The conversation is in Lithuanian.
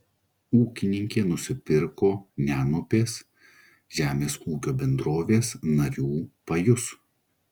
ūkininkė nusipirko nenupės žemės ūkio bendrovės narių pajus